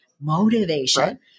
Motivation